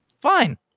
fine